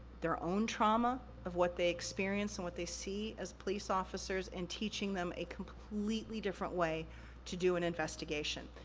their own trauma of what they experience and what they see as police officers, and teaching them a completely different way to do an investigation.